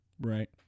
Right